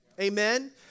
Amen